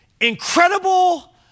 incredible